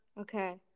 Okay